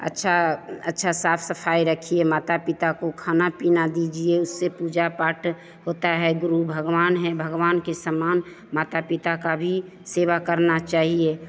अच्छा अच्छा साफ़ सफ़ाई रखिए माता पिता को खाना पीना दीजिए उससे पूजा पाठ होता है गुरु भगवान हैं भगवान के सम्मान माता पिता का भी सेवा करना चाहिए